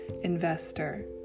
investor